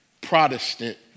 Protestant